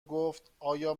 گفتایا